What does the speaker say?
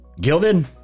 Gilded